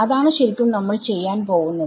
അതാണ് ശരിക്കും നമ്മൾ ചെയ്യാൻ പോവുന്നത്